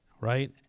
right